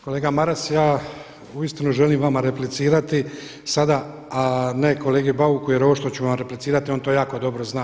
Kolega Maras, ja uistinu želim vama replicirati sada, a ne kolegi Bauku jer ovo što ću vam replicirati on to jako dobro zna.